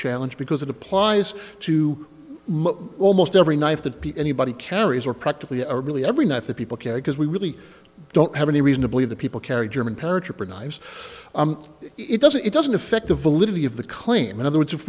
challenge because it applies to almost every knife that anybody carries or practically a really every night that people carry because we really don't have any reason to believe that people carry german paratrooper knives it doesn't it doesn't affect the validity of the claim in other words if